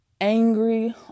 angry